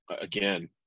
Again